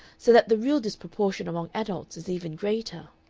so that the real disproportion among adults is even greater.